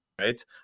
Right